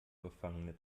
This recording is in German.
gefangene